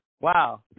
Wow